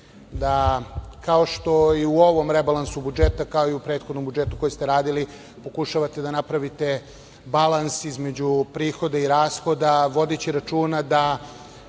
da, kao što i u ovom rebalansu budžeta, kao i u prethodnom budžetu koje ste radili, pokušavate da napravite balans između prihoda i rashoda, vodeći računa da